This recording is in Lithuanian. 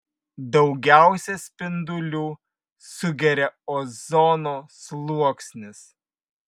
daugiausiai spindulių sugeria ozono sluoksnis